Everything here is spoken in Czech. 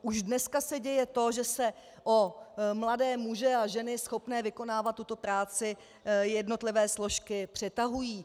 Už dneska se děje to, že se o mladé muže a ženy schopné vykonávat tuto práci jednotlivé složky přetahují.